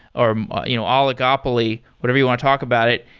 or you know oligopoly, whatever you want to talk about it.